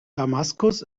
damaskus